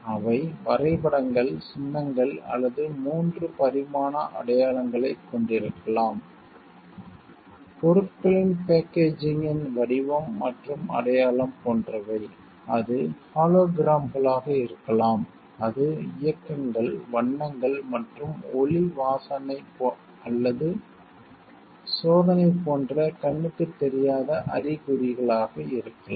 அவை வரைபடங்கள் சின்னங்கள் அல்லது 3 பரிமாண அடையாளங்களைக் கொண்டிருக்கலாம் பொருட்களின் பேக்கேஜிங்கின் வடிவம் மற்றும் அடையாளம் போன்றவை அது ஹாலோகிராம்களாக இருக்கலாம் அது இயக்கங்கள் வண்ணங்கள் மற்றும் ஒலி வாசனை அல்லது சோதனை போன்ற கண்ணுக்கு தெரியாத அறிகுறிகளாக இருக்கலாம்